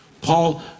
Paul